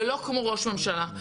ולא כמו ראש ממשלה,